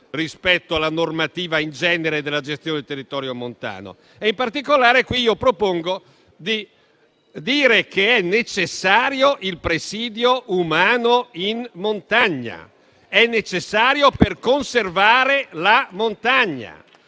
rispetto alla normativa della gestione del territorio montano. In particolare, propongo di dire che è necessario il presidio umano in montagna. È necessario per conservare la montagna.